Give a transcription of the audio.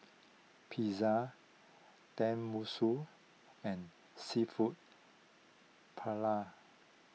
Pizza Tenmusu and Seafood Paella